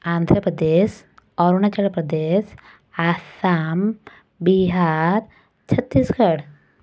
Andhra Pradesh Arunachal Pradesh Assam Bihar Chhattisgarh